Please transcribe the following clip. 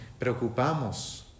preocupamos